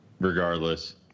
regardless